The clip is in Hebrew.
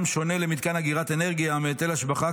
שונה למתקן אגירת אנרגיה מהיטל השבחה,